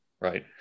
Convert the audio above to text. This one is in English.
right